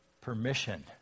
permission